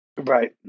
Right